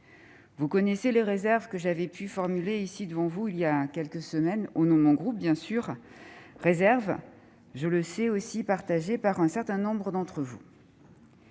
Vous connaissez les réserves que j'avais pu formuler devant vous il y a quelques semaines, au nom de mon groupe, réserves que je sais partagées par un certain nombre d'entre vous.